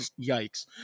yikes